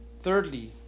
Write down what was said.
Thirdly